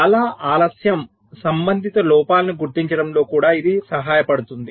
చాలా ఆలస్యం సంబంధిత లోపాలను గుర్తించడంలో కూడా ఇది సహాయపడుతుంది